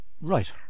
right